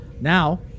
Now